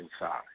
inside